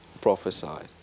prophesied